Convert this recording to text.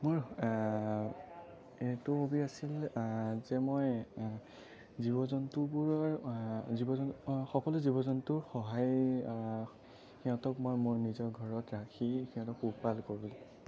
মই এইটো হবী আছিল যে মই জীৱ জন্তুবোৰৰ জীৱ জন্তু সকলো জীৱ জন্তুৰ সহায় সিহঁতক মই মোৰ নিজৰ ঘৰত ৰাখি সিহঁতক পোহপাল কৰোঁ